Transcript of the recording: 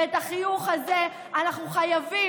ואת החיוך הזה אנחנו חייבים,